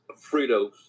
Fritos